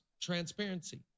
Transparency